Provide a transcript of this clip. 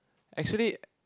actually